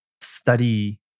study